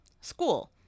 School